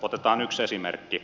otetaan yksi esimerkki